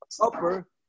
upper